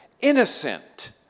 innocent